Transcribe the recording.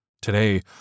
Today